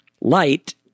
Light